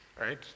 right